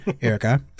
Erica